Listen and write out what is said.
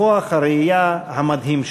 בכוח הראייה המדהים שלו.